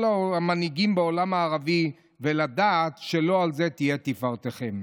המנהיגים בעולם הערבי ולדעת שלא על זה תהיה תפארתכם.